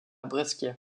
brescia